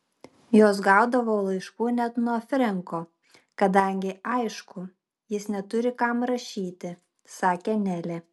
jos gaudavo laiškų net nuo frenko kadangi aišku jis neturi kam rašyti sakė nelė